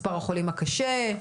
מספר החולים הקשה?